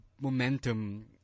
momentum